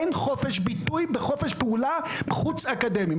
אין חופש ביטוי וחופש פעולה חוץ אקדמיים.